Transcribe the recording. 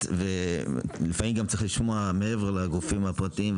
ולפעמים צריך לשמוע מעבר לגופים הפרטיים,